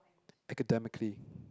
academically